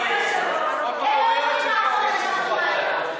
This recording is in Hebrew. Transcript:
אנחנו יכולים לקבל שקט עכשיו?